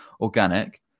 organic